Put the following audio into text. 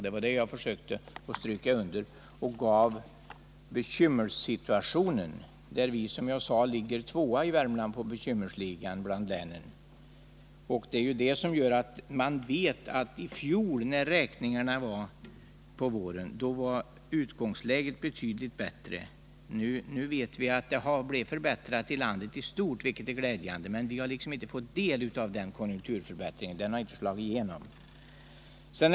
Det var det jag försökte stryka under. Jag beskrev ”bekymmersituationen” och sade att vi i Värmland ligger tvåa i bekymmersligan bland länen. Vid räkningarna i fjol våras var utgångsläget betydligt bättre. Nu vet vi att det blivit en förbättring i landet i stort, vilket är glädjande. Men vi har inte fått del av den konjunkturförbättringen — den har inte slagit igenom i Värmland.